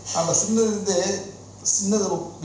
அப்போ சினத்துலந்தே சிந்து:apo sinathulanthey sinathu